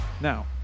Now